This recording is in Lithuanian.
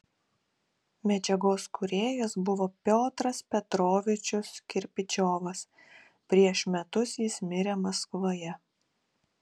medžiagos kūrėjas buvo piotras petrovičius kirpičiovas prieš metus jis mirė maskvoje